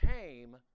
came